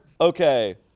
Okay